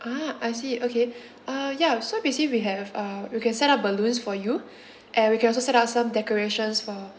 ah I see okay uh ya so basically we have uh we can set up balloons for you and we can also set up some decorations for